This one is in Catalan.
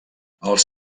els